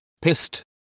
pissed